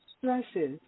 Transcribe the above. stresses